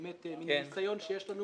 באמת, מניסיון שיש לנו